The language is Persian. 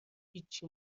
هیچی